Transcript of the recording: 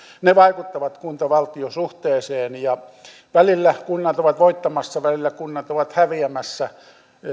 edelleen vaikuttavat kunta valtio suhteeseen välillä kunnat ovat voittamassa välillä kunnat ovat häviämässä